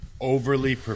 overly